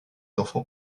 enfants